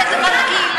לטובת הקהילה.